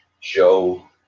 joe